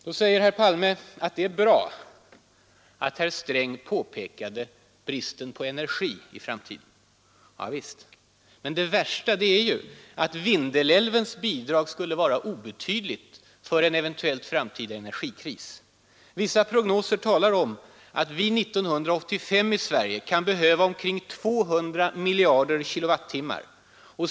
Då säger herr Palme att det är bra att herr Sträng påpekade bristen på energi i framtiden. Javisst, men det värsta är att Vindelälvens bidrag skulle vara obetydligt vid en eventuell framtida energikris. Vissa prognoser talar om att vi i Sverige 1985 kan behöva omkring 200 miljarder kilowattimmar.